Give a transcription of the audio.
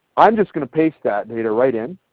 i'm just going to paste that data right in,